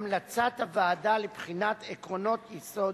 המלצת הוועדה לבחינת עקרונות יסוד